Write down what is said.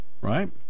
right